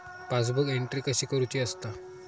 Passbook entry कशी करुची असता?